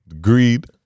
greed-